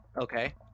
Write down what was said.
Okay